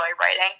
writing